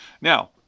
Now